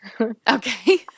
Okay